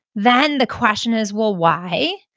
then the question is, well, why?